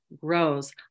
grows